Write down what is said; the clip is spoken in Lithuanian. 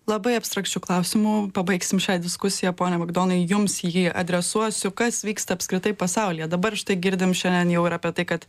labai abstrakčiu klausimu pabaigsim šią diskusiją pone bagdonai jums jį adresuosiu kas vyksta apskritai pasaulyje dabar štai girdim šiandien jau ir apie tai kad